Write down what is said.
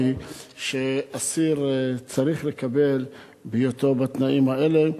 שאסיר צריך לקבל בהיותו בתנאים האלה.